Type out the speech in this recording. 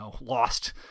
lost